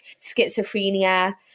schizophrenia